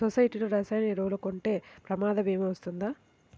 సొసైటీలో రసాయన ఎరువులు కొంటే ప్రమాద భీమా వస్తుందా?